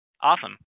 awesome